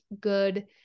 good